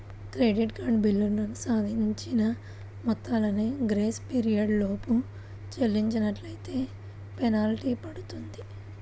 credit card బిల్లులకు సంబంధించిన మొత్తాలను గ్రేస్ పీరియడ్ లోపు చెల్లించనట్లైతే ఫెనాల్టీ పడుతుంది